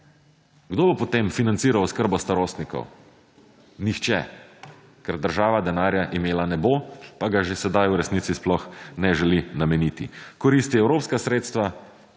Kdo bo potem financiral oskrbo starostnikov? Nihče, ker država denarja imela ne bo, pa ga že sedaj v resnici sploh ne želi nameniti. Koristi evropska sredstva.